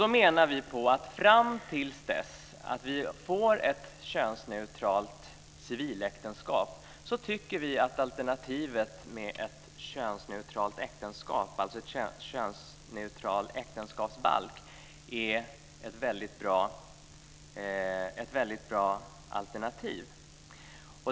Vi menar att till dess att vi får ett könsneutralt civiläktenskap är alternativet med ett könsneutralt äktenskap, alltså en könsneutral äktenskapsbalk, ett väldigt bra alternativ.